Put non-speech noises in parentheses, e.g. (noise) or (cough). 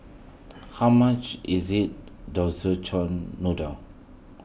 how much is it (unintelligible) Szechuan Noodle